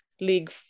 league